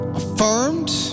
affirmed